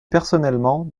personnellement